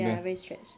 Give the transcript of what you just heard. ya very stretched